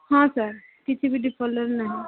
ହଁ ସାର୍ କିଛି ବି ଡିଫଲ୍ଟର୍ ନାହିଁ